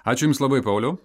ačiū jums labai pauliau